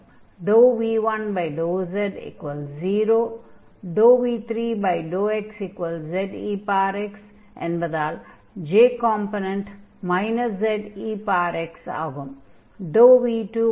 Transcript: v1∂z0 v3∂xzex என்பதால் j component zex ஆகும்